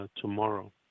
tomorrow